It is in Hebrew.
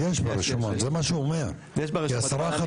יש כאן בעלי קרקע שידעו שהולך להיות דיון,